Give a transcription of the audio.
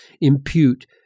impute